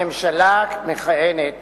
הממשלה המכהנת